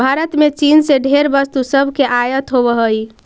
भारत में चीन से ढेर वस्तु सब के आयात होब हई